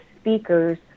speakers